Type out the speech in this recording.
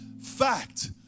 fact